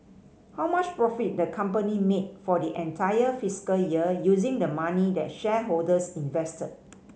how much profit the company made for the entire fiscal year using the money that shareholders invested